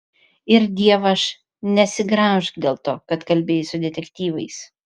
ir dievaž nesigraužk dėl to kad kalbėjai su detektyvais